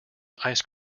ice